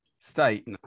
State